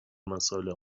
مسائل